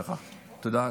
באזור הזה.) תודה.